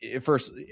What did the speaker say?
first